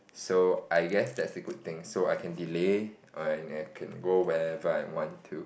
so I guess that's the good thing so I can delay and I can go wherever I want to